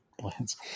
plans